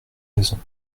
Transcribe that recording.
raisons